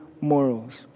morals